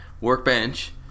workbench